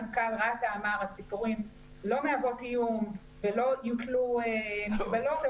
מנכ"ל רת"ע אמר שהציפורים לא מהוות איום ולא יוטלו מגבלות,